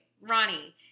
Ronnie